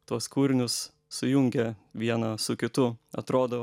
tuos kūrinius sujungia vieną su kitu atrodo